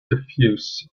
diffuse